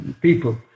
people